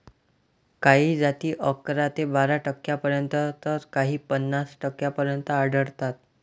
काही जाती अकरा ते बारा टक्क्यांपर्यंत तर काही पन्नास टक्क्यांपर्यंत आढळतात